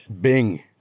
Bing